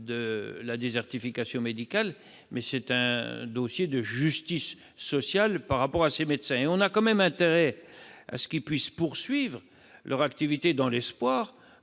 de la désertification médicale, mais c'est une affaire de justice sociale pour ces médecins. Au reste, nous avons intérêt à ce qu'ils puissent poursuivre leur activité dans l'espoir